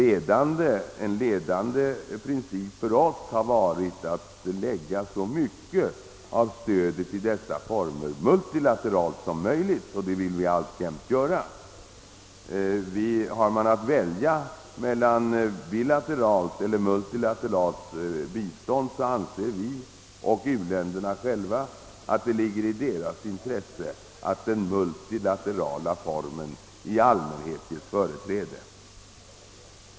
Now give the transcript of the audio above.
En ledande princip för oss har varit att lägga så mycket som möjligt av stödet i dessa former multilateralt, och det vill vi alltjämt göra. Har man att välja mellan bilateralt och multilateralt bistånd, anser vi och u-länderna själva att det ligger i deras intresse att den multilaterala formen i allmänhet ges företräde.